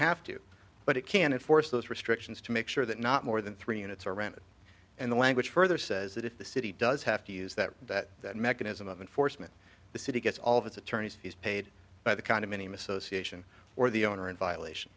have to but it can enforce those restrictions to make sure that not more than three units around it and the language further says that if the city does have to use that that mechanism of enforcement the city gets all of its attorney's fees paid by the condominium association or the owner in violation